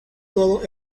todo